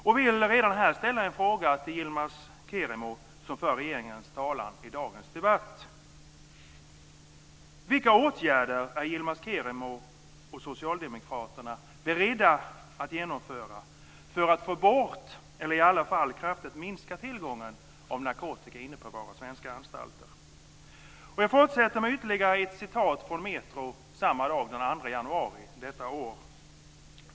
Jag vill redan här ställa en fråga till Yilmaz Kerimo, som för regeringens talan i dagens debatt. Vilka åtgärder är Yilmaz Kerimo och Socialdemokraterna beredda att genomföra för att få bort, eller i varje fall kraftigt minska, tillgången till narkotika inne på våra svenska anstalter? Jag fortsätter med ytterligare ett citat från Metro samma dag, den 2 januari detta år.